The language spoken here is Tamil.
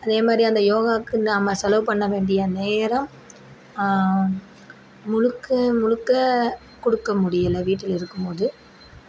அதேமாதிரி அந்த யோகாக்கு நம்ம செலவு பண்ண வேண்டிய நேரம் முழுக்க முழுக்க கொடுக்க முடியல வீட்லிருக்கும் போது